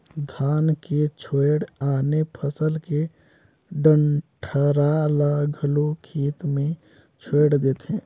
धान के छोयड़ आने फसल के डंठरा ल घलो खेत मे छोयड़ देथे